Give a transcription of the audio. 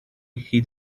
hyd